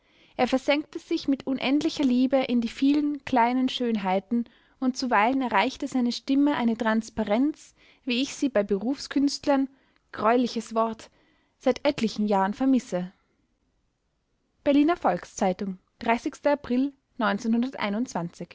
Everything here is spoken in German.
er versenkte sich mit unendlicher liebe in die vielen kleinen schönheiten und zuweilen erreichte seine stimme eine transparenz wie ich sie bei berufskünstlern greuliches wort seit etlichen jahren vermisse berliner volks-zeitung april